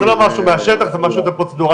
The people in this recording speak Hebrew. זה לא משהו מהשטח זה משהו פרוצדורלי,